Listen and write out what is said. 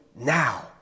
now